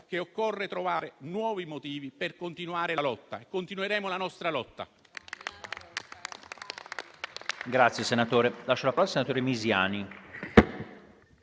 che occorre trovare nuovi motivi per continuare la lotta. E continueremo la nostra lotta.